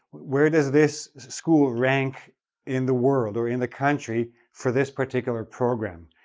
where does this school rank in the world, or in the country, for this particular program?